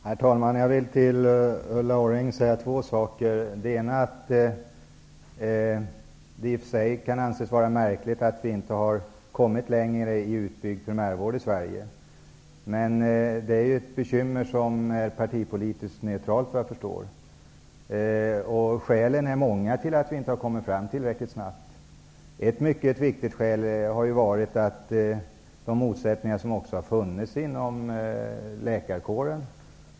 Herr talman! Det kan i och för sig anses vara märkligt att vi inte har kommit längre i Sverige när det gäller utbyggd primärvård. Men såvitt jag förstår är detta en fråga som är partipolitiskt neutral. Skälen till att man inte har kommit fram tillräckligt snabbt är många. Ett mycket viktigt skäl har varit de motsättningar som har funnits inom läkarkåren.